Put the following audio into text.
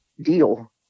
deal